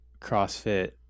CrossFit